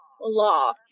law